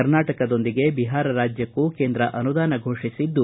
ಕರ್ನಾಟಕದೊಂದಿಗೆ ಬಿಹಾರ ರಾಜ್ಯಕ್ಕೂ ಕೇಂದ್ರ ಅನುದಾನ ಘೋಷಿಸಿದ್ದು